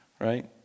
Right